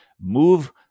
move